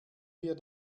wir